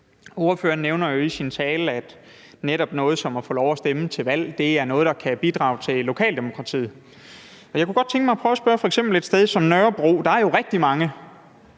Ordføreren nævner i sin tale, at netop sådan noget som at få lov at stemme til valg er noget, der kan bidrage til lokaldemokratiet. Jeg kunne godt tænke mig at prøve at spørge om en ting. Der er f.eks. på et